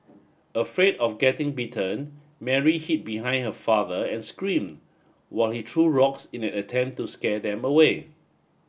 afraid of getting bitten Mary hid behind her father and scream while he true rocks in an attempt to scare them away